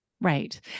right